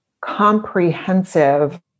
comprehensive